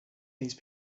these